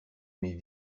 mes